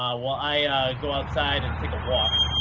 while i go outside and take a walk.